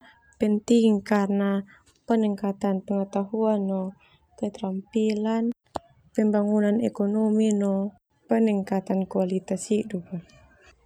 Penting karna peningkatan pengetahuan no keterampilan boema pembangunan ekonomi no peningkatan kualitas hidup.